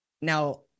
Now